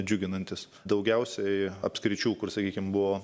džiuginantis daugiausiai apskričių kur sakykim buvo